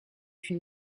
une